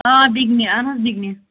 آ بِگنہِ اَہَن حظ بِگنہِ